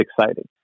exciting